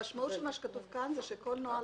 המשמעות של מה שכתוב כאן היא שכל נוהל